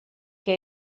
que